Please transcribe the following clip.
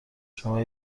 شما